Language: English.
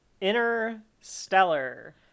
interstellar